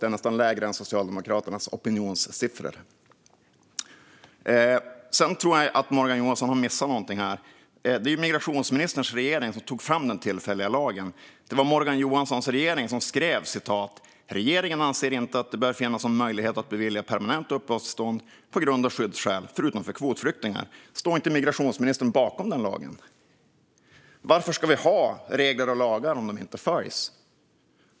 Det är nästan lägre än Socialdemokraternas opinionssiffror. Jag tror att Morgan Johansson har missat något här. Det var migrationsministerns regering som tog fram den tillfälliga lagen. Det var Morgan Johanssons regering som skrev: "Regeringen anser att det inte bör finnas någon möjlighet att bevilja permanent uppehållstillstånd på grund av skyddsskäl, förutom för kvotflyktingar." Står inte migrationsministern bakom den lagen? Varför ska vi ha regler och lagar om de inte följs?